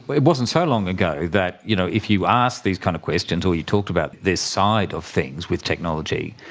it wasn't so long ago that you know if you asked these kind of questions or you talked about this side of things with technology,